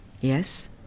Yes